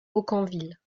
aucamville